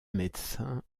médecins